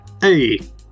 Hey